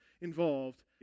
involved